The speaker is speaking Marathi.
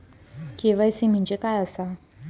के.वाय.सी म्हणजे काय आसा?